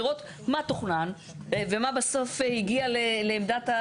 לראות מה תוכנן ומה בסוף הגיע לעמדת ---.